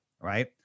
right